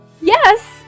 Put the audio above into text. Yes